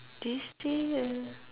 this tree uh